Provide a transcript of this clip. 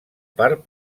part